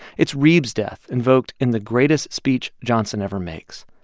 it's reeb's death invoked in the greatest speech johnson ever makes.